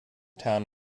town